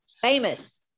Famous